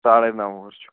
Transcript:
ساڑے نَو وُہُر چھُ